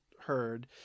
heard